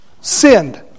sinned